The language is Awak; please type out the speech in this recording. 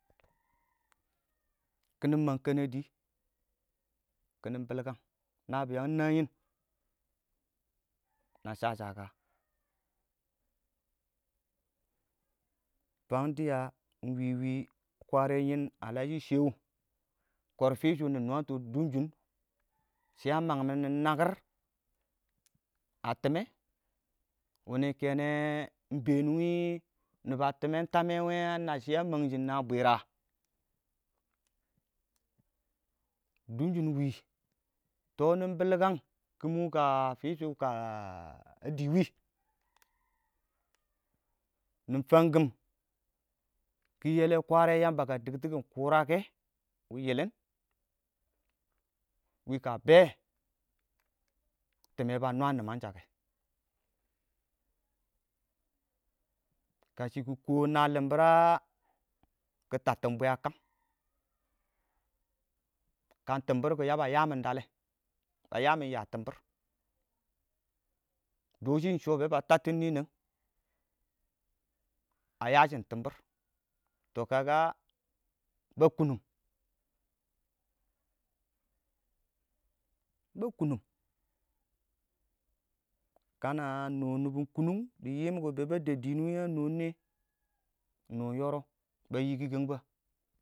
kiɪnɪ mang kanadi, kiɪnɪ bilkang, nabayang ingna yɪn na sha shaka? Fang dɪya ingwiwi kwaren yɪn iɪng ngallashi shewu kortishn nɪ nwətɔ dunsin shɪ a mangmine nakira tɪmmɛ wini kengne ingbeen wɪɪ nibo a timmen tammɛ a nabshi a mangshim na bwirra? Dunshin ingwi tɔ nɪ bilkang kimwu kə fishɔ kə a adill wɪɪn nɪ fangkimi kɪ yələ kwarɛ yamba kə diktikum kʊrake wɪɪn yɪlɪn wika bɛɛ timmɛ ba nwa nimangshakɛ kashɪ kikɔɔ ingna limbirra? Ki tabtun bwe a kangi kan timour kɔ yaba yaa mɪn dalɛ ba ya mɪn yaa tɪmbɪr dosh ingshɔ bɛɛ ba tabtim niəng a yaa shɪm tɪmbɪr tɔ ba kunum ba kunum kana a noon nɪbɛn kʊnʊng dɪ yiimkɔ bɔɔ ba dəb diiin wɪɪn a noon ingne? a noon yɔrɔb ba yiikikəng ba?